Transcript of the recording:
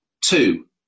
Two